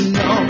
no